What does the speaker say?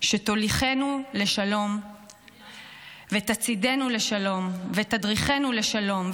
"שתוליכנו לשלום ותצעידנו לשלום ותדריכנו לשלום,